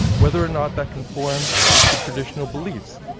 whether or not that conforms to traditional beliefs.